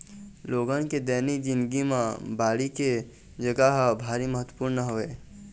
लोगन के दैनिक जिनगी म बाड़ी के जघा ह भारी महत्वपूर्न हवय